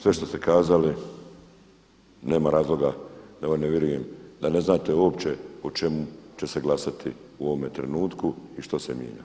Sve što ste kazali nema razloga da vam ne vjerujem da ne znate uopće o čemu će se glasati u ovome trenutku i što se mijenja.